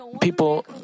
people